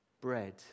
bread